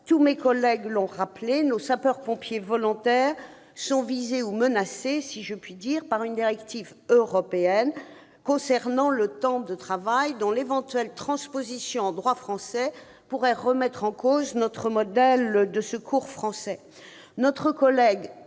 Tous mes collègues l'ont rappelé : nos sapeurs-pompiers volontaires sont visés, voire menacés par une directive européenne relative au temps de travail, dont l'éventuelle transposition en droit interne pourrait remettre en cause notre modèle de secours français.